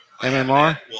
MMR